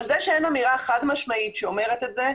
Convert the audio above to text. אבל זה שאין אמירה חד משמעית שאומרת את זה,